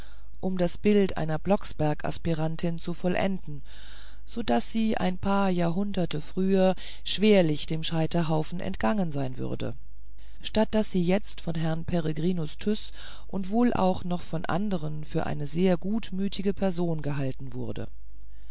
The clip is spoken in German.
um das bild einer blocksberg aspirantin zu vollenden so daß sie ein paar jahrhunderte früher schwerlich dem scheiterhaufen entgangen sein würde statt daß sie jetzt von herrn peregrinus tyß und wohl auch noch von andern für eine sehr gutmütige person gehalten wurde